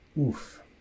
Oof